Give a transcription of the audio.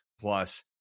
plus